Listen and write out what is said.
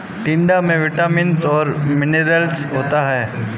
टिंडा में विटामिन्स और मिनरल्स होता है